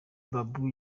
babu